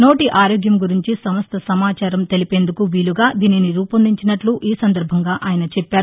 నోటి ఆరోగ్యం గురించి సమస్త సమాచారం తెలిపేందుకు వీలుగా దీనిని రూపొందించినట్లు ఈ సందర్బంగా ఆయన చెప్పారు